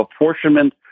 apportionment